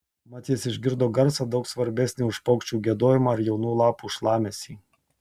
mat jis išgirdo garsą daug svarbesnį už paukščių giedojimą ar jaunų lapų šlamesį